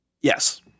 Yes